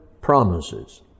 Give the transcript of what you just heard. promises